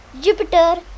jupiter